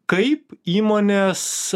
kaip įmonės